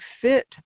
fit